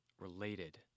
related